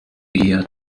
year